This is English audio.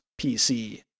PC